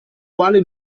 quale